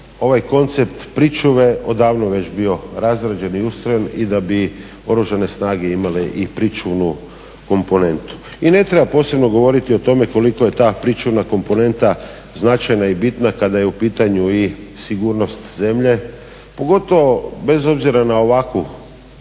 ovaj koncept pričuve odavno već bio razrađen i ustrojen i da bi Oružane snage imale i pričuvnu komponentu. I ne treba posebno govoriti o tome koliko je ta pričuvna komponenta značajna i bitna kada je u pitanju i sigurnost zemlje, pogotovo bez obzira na ovakvu